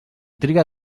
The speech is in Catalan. triga